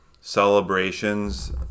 celebrations